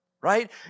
right